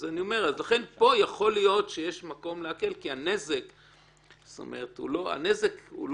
פה יכול להיות שיש מקום להקל, כי הנזק לא גדול